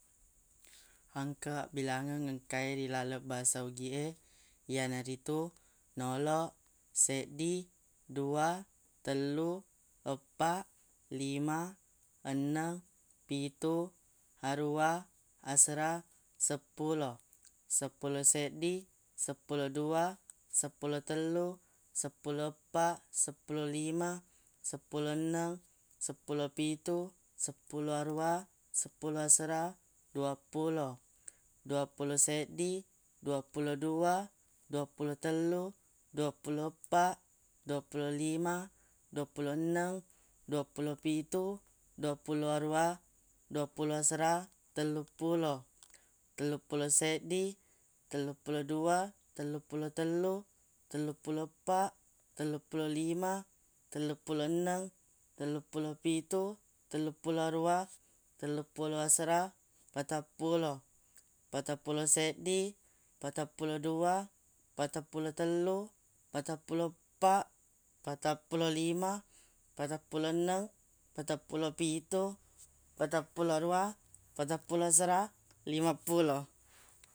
Engka abbilangeng engkae ri laleng basa ugie yanaritu noloq seddi dua tellu eppa lima ennang pitu aruwa asera seppulo seppulo seddi seppulo dua seppulo tellu seppulo eppa seppulo lima seppulo enneng seppulo pitu seppulo aruwa seppulo asera duappulo duappulo seddi duappulo dua duappulo tellu duappulo eppa duappulo lima duappulo enneng duappulo pitu duappulo aruwa duappulo asera telluppulo telluppulo seddi telluppulo dua telluppulo tellu telluppulo eppa telluppulo lima telluppulo enneng telluppulo pitu telluppulo aruwa telluppulo asera patappulo patappulo seddi patappulo dua patappulo tellu patappulo eppa patappulo lima patappulo enneng patappulo pitu patappulo aruwa patappulo asera limappulo